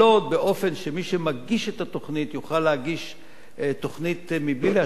באופן שמי שמגיש את התוכנית יוכל להגיש תוכנית מבלי להשקיע